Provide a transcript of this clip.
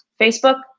Facebook